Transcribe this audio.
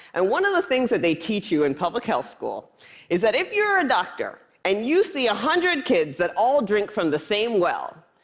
and one of the things that they teach you in public health school is that if you're a doctor and you see one hundred kids that all drink from the same well,